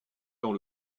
dans